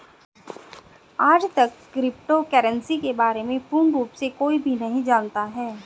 आजतक crypto currency के बारे में पूर्ण रूप से कोई भी नहीं जानता है